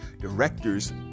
directors